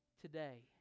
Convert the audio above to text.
Today